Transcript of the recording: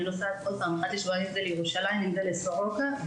אני נוסעת אחת לשבועיים אם לירושלים או לסורוקה,